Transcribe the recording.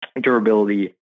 durability